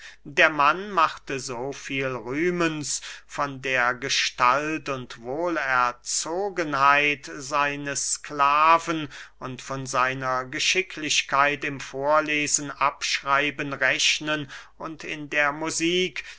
der mann machte so viel rühmens von der gestalt und wohlerzogenheit seines sklaven und von seiner geschicklichkeit im vorlesen abschreiben rechnen und in der musik